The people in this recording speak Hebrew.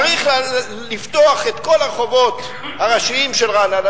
צריך לפתוח את כל הרחובות הראשיים של רעננה,